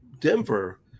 Denver